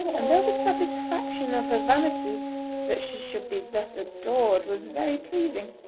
and though the satisfaction of her vanity that she should be thus adored was very pleasing,